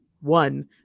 one